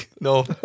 No